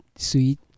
Sweet